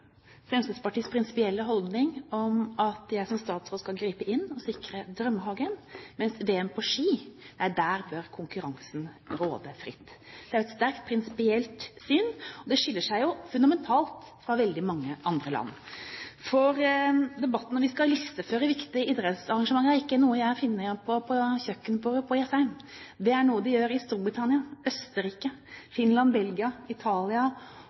Fremskrittspartiets «prinsipielle» holdning, at jeg som statsråd skal gripe inn og sikre Drømmehagen, men når det gjelder VM på ski, bør konkurransen råde fritt. Det er et sterkt prinsipielt syn, og det skiller seg jo fundamentalt fra veldig mange andre land. Debatten om at vi skal listeføre viktige idrettsarrangement, er ikke noe jeg har funnet på på kjøkkenbordet på Jessheim, det er noe de gjør i Storbritannia, Østerrike, Finland, Belgia, Italia